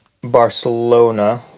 Barcelona